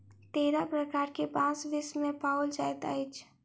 तेरह प्रकार के बांस विश्व मे पाओल जाइत अछि